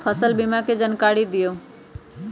फसल बीमा के जानकारी दिअऊ?